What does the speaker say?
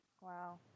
Wow